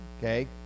okay